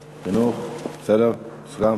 חינוך, אף שזה פנים,